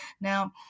Now